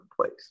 place